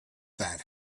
that